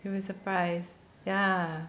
you will surprise ya